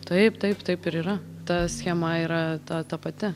taip taip taip ir yra ta schema yra ta ta pati